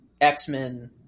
X-Men